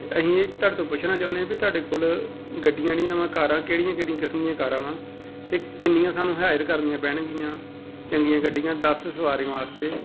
ਅਤੇ ਅਸੀਂ ਤੁਹਾਡੇ ਤੋਂ ਪੁੱਛਣਾ ਚਾਹੁੰਦੇ ਹਾਂ ਵੀ ਤੁਹਾਡੇ ਕੋਲ ਗੱਡੀਆਂ ਨੀਆ ਵਾ ਕਾਰਾਂ ਕਿਹੜੀਆਂ ਕਿਹੜੀਆਂ ਕਿਸਮ ਦੀਆਂ ਕਾਰਾਂ ਵਾ ਅਤੇ ਕਿੰਨੀਆਂ ਸਾਨੂੰ ਹਾਇਰ ਕਰਨੀਆਂ ਪੈਣਗੀਆਂ ਚੰਗੀਆਂ ਗੱਡੀਆਂ ਦਸ ਸਵਾਰੀਆਂ ਵਾਸਤੇ